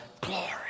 glory